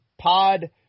pod